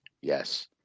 Yes